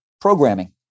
programming